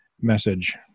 message